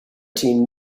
team